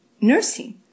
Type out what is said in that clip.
nursing